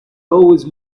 always